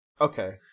Okay